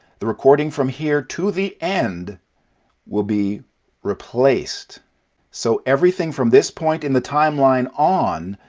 the recording from here to the end will be replaced so, everything from this point in the timeline, on,